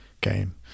game